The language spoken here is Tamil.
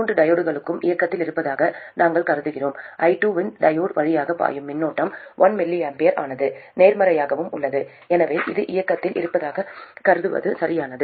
மூன்று டையோட்களும் இயக்கத்தில் இருப்பதாக நாங்கள் கருதுகிறோம் i2 இந்த டையோடு வழியாக பாயும் மின்னோட்டம் 1 mA ஆனது நேர்மறையாகவும் உள்ளது எனவே இது இயக்கத்தில் இருப்பதாகக் கருதுவது சரியானது